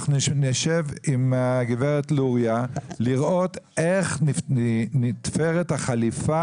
אנחנו נשב עם הגב' לוריא לראות איך נתפרת החליפה